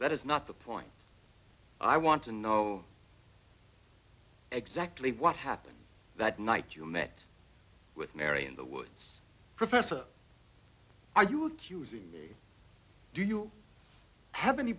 is not the point i want to know exactly what happened that night you met with mary in the woods professor are you accusing me do you have any